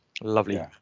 Lovely